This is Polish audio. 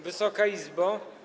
Wysoka Izbo!